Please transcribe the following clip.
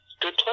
good